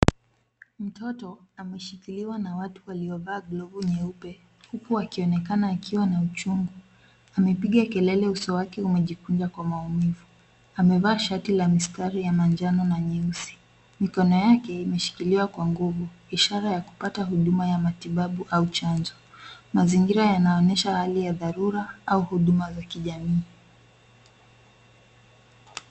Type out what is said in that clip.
Mtoto ameshikiliwa na watu waliovaa glovu nyeupe huku akionekana akiwa na uchungu. Amepiga kelele uso wake umejikunja kwa maumivu. Amevaa shati la mistari ya manjano na nyeusi. Mikono yake imeshikiliwa kwa nguvu ishara ya kupata huduma ya matibabu au chanjo. Mazingira yanaonyesha hali ya dharura au huduma za kijamii.